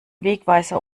wegweiser